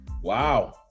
Wow